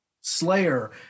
Slayer